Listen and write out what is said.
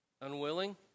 Unwilling